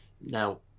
now